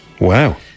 wow